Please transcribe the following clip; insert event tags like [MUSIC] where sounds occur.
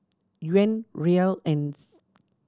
Yuan Riyal and [UNINTELLIGIBLE]